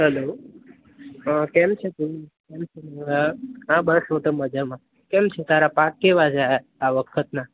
hello કેમ છે તું હા બસ હું તો મજામાં કેમ છે તારા પાક કેવા છે આ વખતના